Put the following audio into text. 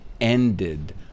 ended